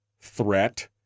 threat